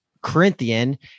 corinthian